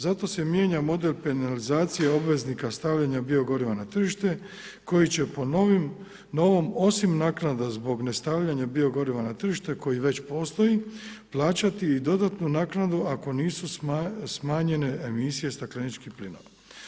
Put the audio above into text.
Zato se mijenja model penalizacije obveznika stavljanja bio goriva na tržište koji će po novom, osim naknada zbog ne stavljanja bio goriva na tržište koji već postoji, plaćati i dodatnu naknadu ako nisu smanjene emisije stakleničkih plinova.